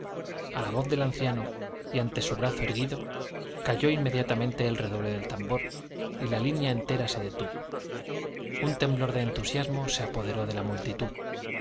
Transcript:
a la voz del anciano y ante su brazo erguido calló inmediatamente el redoble del tambor y la línea entera se detuvo un temblor de entusiasmo se apoderó de la multitud